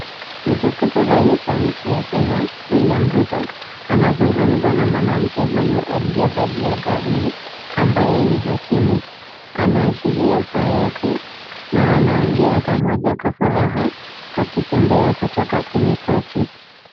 Mtukufu rais wa nchi ya Kenya William Ruto anazungumza na mwanamke huyu aliyevalia gauni ambaye ni hakimu. Anaashiria saa yake na wanaongea pamoja kwa furaha wakitembea kutoka kwenye koti.